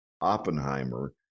Oppenheimer